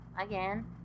again